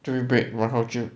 two week break one whole trip